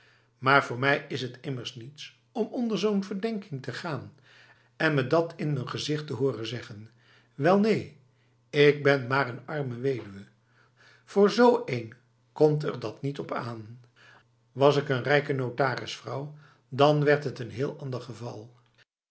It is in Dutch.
maar voor mij is het immers niets om onder zo'n verdenking te gaan en me dat in m'n gezicht te horen zeggen wel neen ik ben maar een arme weduwe voor z een komt er dat niet op aan was ik een rijke notarisvrouw dan werd het een heel ander geval